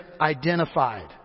identified